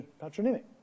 patronymic